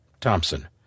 Thompson